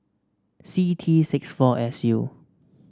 C T six four S U